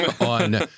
on